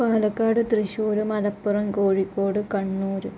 Palakkad Thrissur Malappuram Kozhikode Kannur